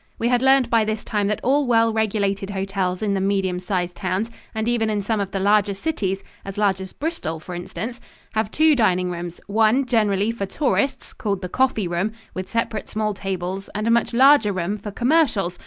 we had learned by this time that all well regulated hotels in the medium sized towns, and even in some of the larger cities as large as bristol, for instance have two dining rooms, one, generally for tourists, called the coffee room, with separate small tables, and a much larger room for commercials,